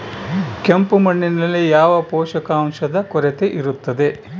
ಕೆಂಪು ಮಣ್ಣಿನಲ್ಲಿ ಯಾವ ಪೋಷಕಾಂಶದ ಕೊರತೆ ಇರುತ್ತದೆ?